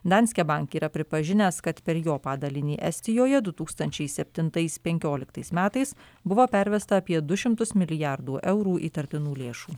danske bank yra pripažinęs kad per jo padalinį estijoje du tūkstančiai septintais penkioliktais metais buvo pervesta apie du šimtus milijardų eurų įtartinų lėšų